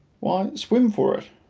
why, swim for it.